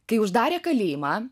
kai uždarė kalėjimą